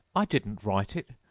i didn't write it,